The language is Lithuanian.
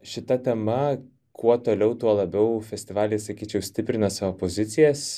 šita tema kuo toliau tuo labiau festivaly sakyčiau stiprina savo pozicijas